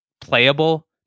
playable